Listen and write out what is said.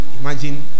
imagine